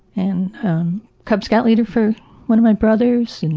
and cub scout leader for one of my brothers.